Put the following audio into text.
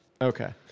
Okay